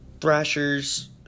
thrashers